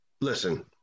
listen